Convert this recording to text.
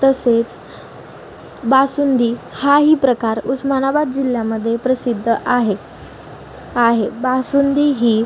तसेच बासुंदी हाही प्रकार उस्मानाबाद जिल्ह्यामध्ये प्रसिद्ध आहे आहे बासुंदी ही